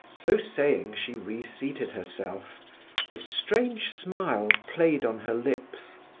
so saying, she reseated herself a strange smile played on her lips.